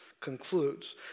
concludes